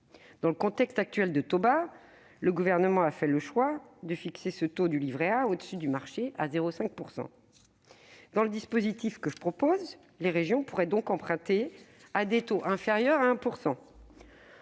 Dans le contexte actuel de taux bas, le Gouvernement a fait le choix de fixer le taux du livret A au-dessus du marché, à 0,5 %. Dans le dispositif que je vous propose, les régions pourraient donc emprunter à des taux inférieurs à 1 %.